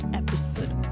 episode